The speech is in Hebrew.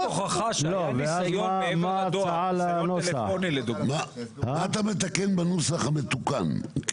מה אתה מתקן בנוסח המתוקן?